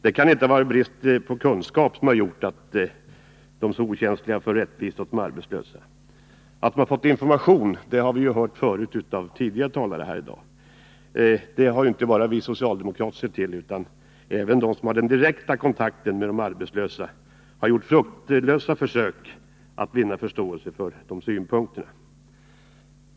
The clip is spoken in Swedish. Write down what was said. Det kan inte vara brist på kunskaper som gjort att regeringen är så okänslig ifråga om rättvisa åt de arbetslösa. Att man har fått information har vi hört av tidigare talare här i dag. Det har inte bara vi socialdemokrater sett till, utan även de som har den direkta kontakten med de arbetslösa har gjort fruktlösa försök att vinna förståelse för de här synpunkterna.